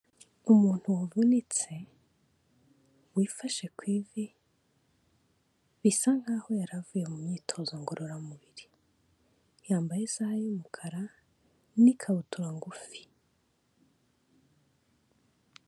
Umuntu wavunitse wifashe ku ivi, bisa nk'aho yari avuye mu myitozo ngororamubiri, yambaye isaha y'umukara n'ikabutura ngufi.